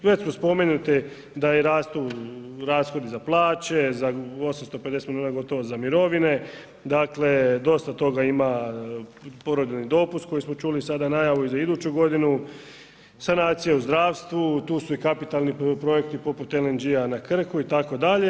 Već smo spomenuti da rastu rashodi za plaće, za 850 milijuna gotovo za mirovine, dakle, dosta toga ima, porodiljni dopust koji smo čuli sada najavu za iduću godinu, sanacija u zdravstvu, tu su i kapitalni projekti poput LNG na Krku, itd.